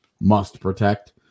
must-protect